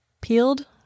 peeled